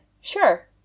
sure